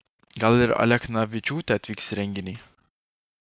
gal ir alechnavičiūtė atvyks į renginį